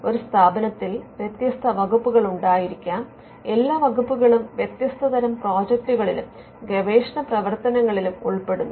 ഒരു സ്ഥാപനത്തിൽ വ്യത്യസ്ത വകുപ്പുകൾ ഉണ്ടായിരിക്കാം എല്ലാം വകുപ്പുകളും വ്യത്യസ്ത തരം പ്രോജക്ടുകളിലും ഗവേഷണ പ്രവർത്തനങ്ങളിലും ഉൾപ്പെടുന്നു